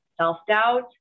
self-doubt